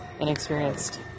inexperienced